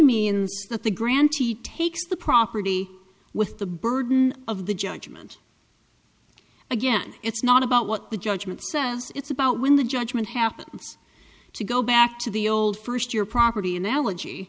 takes the property with the burden of the judgment again it's not about what the judgement says it's about when the judgement happens to go back to the old first your property analogy